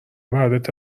برات